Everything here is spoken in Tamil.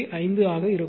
5 ஆக இருக்கும்